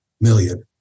million